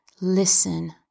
listen